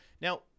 Now